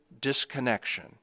disconnection